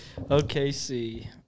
okc